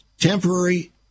temporary